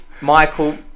Michael